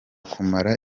kumara